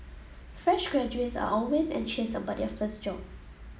fresh graduates are always anxious about their first job